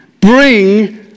bring